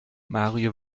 mario